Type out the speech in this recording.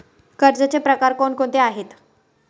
कर्जाचे प्रकार कोणकोणते आहेत?